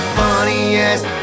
funniest